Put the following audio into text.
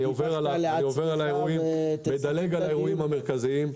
אני עובר על האירועים, מדלג על האירועים המרכזיים.